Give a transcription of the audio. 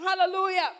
Hallelujah